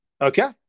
Okay